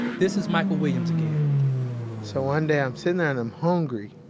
this is michael williams again so one day i'm sitting there and i'm hungry.